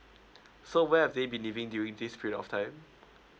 so where are they been living during this period of time